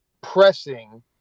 pressing